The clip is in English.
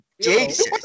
Jesus